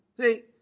See